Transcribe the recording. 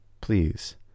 Please